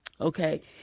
okay